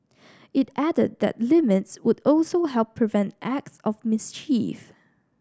it added that the limits would also help prevent acts of mischief